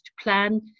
plan